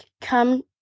come